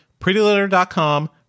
prettylitter.com